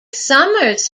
summers